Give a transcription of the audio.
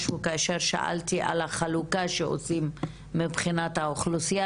משהו כאשר שאלתי על החלוקה שעושים מבחינת האוכלוסייה.